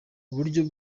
uburyo